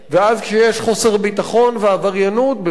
כשיש חוסר ביטחון ועבריינות בוודאי גם